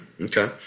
Okay